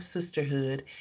sisterhood